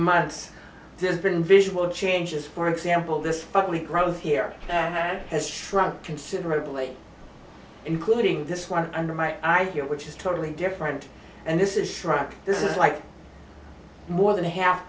months there's been visual changes for example this ugly growth here has shrunk considerably including this one under my eye here which is totally different and this is struck this is like more than half